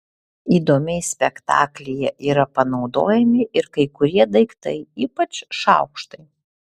įdomiai spektaklyje yra panaudojami ir kai kurie daiktai ypač šaukštai